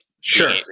Sure